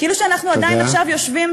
כאילו אנחנו עדיין יושבים עכשיו,